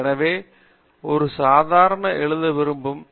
எனவே நான் ஒரு சான்று எழுத விரும்புகிறேன்